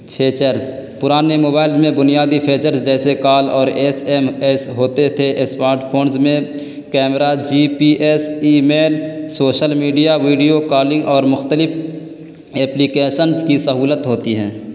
features پرانے mobile میں بنیادی فیچرس جیسے کال اور ایس ایم ایس ہوتے تھے اسمارٹ فونز میں camera G P S email social media video calling اور مختلف ایپلیکیسنس کی سہولت ہوتی ہیں